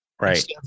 right